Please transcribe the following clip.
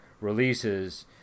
releases